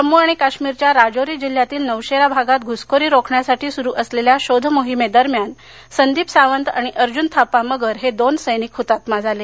जम्मू आणि काश्मीरच्या राजौरी जिल्ह्यातील नौशेरा भागात घुसखोरी रोखण्यासाठी सुरू असलेल्या शोध मोहिमेदरम्यान संदीप सावंत आणि अर्जून थापा मगर हे दोन सैनिक हृतात्मा झाले